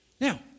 now